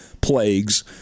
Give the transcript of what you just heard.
plagues